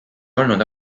olnud